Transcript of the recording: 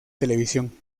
televisión